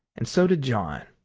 and so did john.